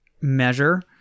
measure